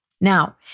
Now